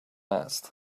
asked